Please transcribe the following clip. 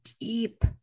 deep